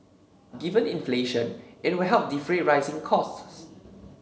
given inflation it will help defray rising costs